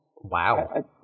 Wow